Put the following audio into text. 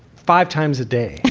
five times a day,